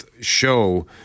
show